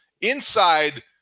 Inside